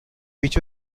which